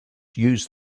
use